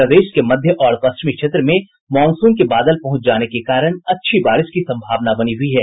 प्रदेश के मध्य और पश्चिमी क्षेत्र में मॉनसून के बादल पहुंच जाने के कारण अच्छी बारिश की संभावना बनी हुई है